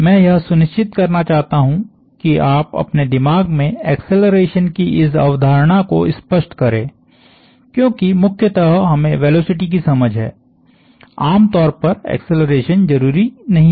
मैं यह सुनिश्चित करना चाहता हूं कि आप अपने दिमाग में एक्सेलरेशन की इस अवधारणा को स्पष्ट करें क्योंकि मुख्यतः हमें वेलोसिटी की समझ है आमतौर पर एक्सेलरेशन जरूरी नहीं है